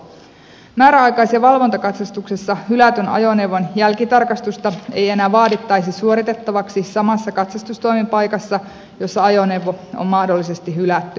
määräaikaisessa valvontakatsastuksessa hylätyn ajoneuvon jälkitarkastusta ei enää vaadittaisi suoritettavaksi samassa katsastustoimipaikassa jossa ajoneuvo on mahdollisesti hylätty